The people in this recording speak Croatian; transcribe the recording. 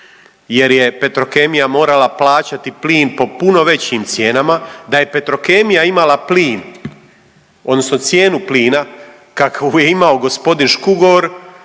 jer je Petrokemija morala plaćati plin po puno većim cijenama. Da je Petrokemija imala plin odnosno cijenu plina kakvu je imao gospodin Škugor